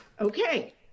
Okay